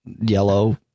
yellow